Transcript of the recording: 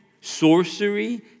sorcery